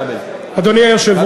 והתשובה היא, אדוני חבר